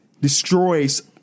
destroys